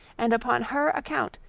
and upon her account,